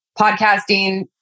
podcasting